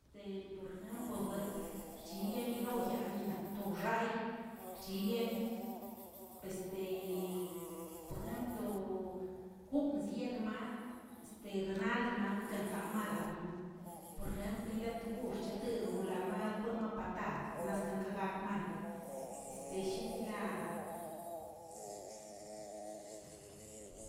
De por jemplə bueꞌeltə xc̱hibiani gaoyaꞌaninaꞌ toxay xchibiani, este por ejempl to koons yetmaꞌa este renaldmaꞌ guekenkamawuinlə por jempl nila to burr cheteronlamaꞌa kwemeꞌe patad, masken kagakmali este shiniꞌlaꞌa.